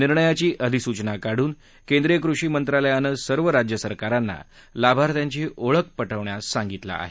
निर्णयाची अधिसूचना काढून केंद्रीय कृषी मंत्रालयान सर्व राज्य सरकारांना लाभार्त्यांची ओळख निश्वित करायला सांगितलं आहे